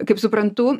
kaip suprantu